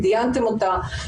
דנתם בה,